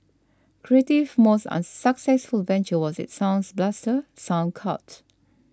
Creative's most successful venture was its Sound Blaster Sound Card